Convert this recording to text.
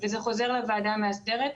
וזה חוזר לוועדה המאסדרת,